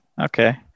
Okay